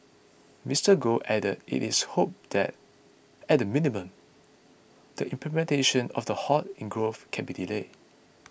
Mister Goh added it is hoped that at the minimum the implementation of the halt in growth can be delayed